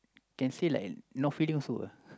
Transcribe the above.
can say like no feeling also ah